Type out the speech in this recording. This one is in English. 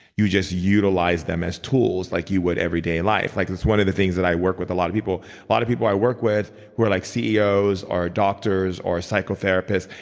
you just utilize them as tools like you would every day in life. like this one of the things that i work with, a lot of people. a lot of people i work with were like ceos, or doctors, or psychotherapist.